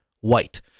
white